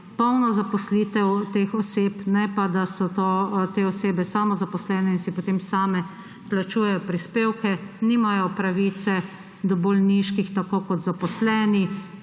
polno zaposlitev teh oseb, ne pa, da so te osebe samozaposlene in si potem same plačujejo prispevke, nimajo pravice do bolniških, kot jo imajo zaposleni,